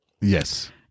Yes